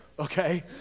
okay